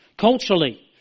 Culturally